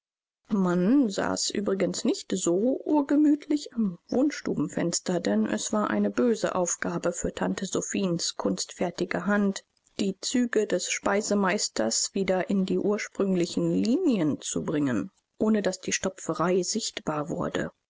man saß übrigens nicht so urgemütlich am wohnstubenfenster denn es war eine böse aufgabe für tante sophiens kunstfertige hand die züge des speisemeisters wieder in die ursprünglichen linien zu bringen ohne daß die stopferei sichtbar wurde